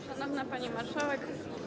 Szanowna Pani Marszałek!